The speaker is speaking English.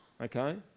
okay